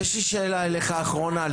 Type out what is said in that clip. יש לי שאלה אחרונה אליך.